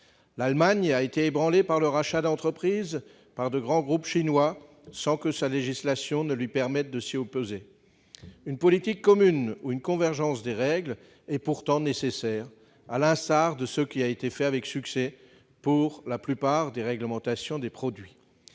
L'Allemagne a été ébranlée par le rachat d'entreprises par de grands groupes chinois, sans que sa législation lui permette de s'y opposer. Une politique commune ou une convergence des règles est nécessaire, à l'instar de ce qui a été fait, avec succès, pour la plupart des réglementations sur les produits.